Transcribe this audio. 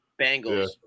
Bengals